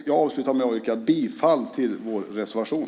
Jag avslutar med att yrka bifall till vår reservation.